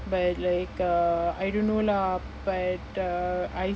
but like uh I don't know lah but uh I